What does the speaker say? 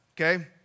okay